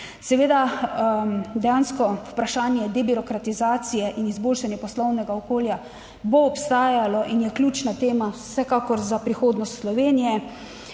Seveda dejansko vprašanje debirokratizacije in izboljšanje poslovnega okolja bo obstajalo in je ključna tema vsekakor za prihodnost Slovenije.